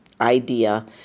idea